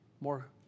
more